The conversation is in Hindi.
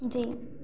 जी